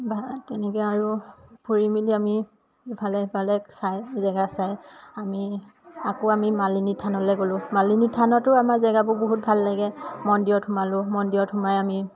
তেনেকে আৰু ফুৰি মেলি আমি ইফালে সফালে চাই জেগা চাই আমি আকৌ আমি মালিনী থানলে গ'লোঁ মালিনী থানতো আমাৰ জেগাবোৰ বহুত ভাল লাগে মন্দিৰত সোমালোঁ মন্দিৰত সোমাই আমি